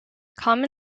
common